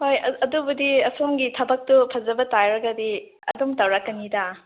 ꯍꯣꯏ ꯑꯗꯨꯕꯨꯗꯤ ꯑꯁꯣꯝꯒꯤ ꯊꯕꯛꯇꯨ ꯐꯖꯕ ꯇꯥꯔꯒꯗꯤ ꯑꯗꯨꯝ ꯇꯧꯔꯛꯀꯅꯤꯗ